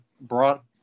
brought